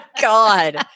god